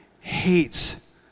hates